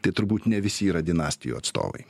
tai turbūt ne visi yra dinastijų atstovai